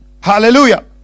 hallelujah